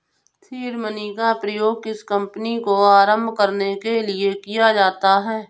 seed money का प्रयोग किसी कंपनी को आरंभ करने के लिए किया जाता है